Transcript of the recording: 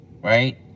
right